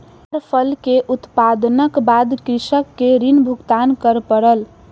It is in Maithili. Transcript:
ताड़ फल के उत्पादनक बाद कृषक के ऋण भुगतान कर पड़ल